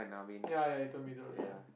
ya ya you told told me ya